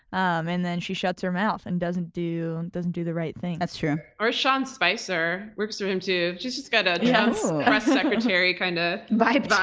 um and then she shuts her mouth and doesn't do doesn't do the right thing. that's true. or sean spicer, works for him, too. she's just got a press secretary kind of a vibe. ah